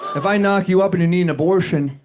if i knock you up and you need an abortion,